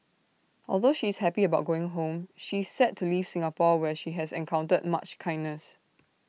although she is happy about going home she is sad to leave Singapore where she has encountered much kindness